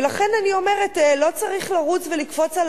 ולכן אני אומרת: לא צריך לרוץ ולקפוץ על